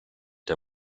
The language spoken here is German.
der